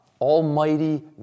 Almighty